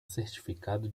certificado